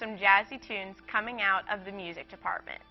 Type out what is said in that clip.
some jazzy tunes coming out of the music department